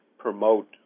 promote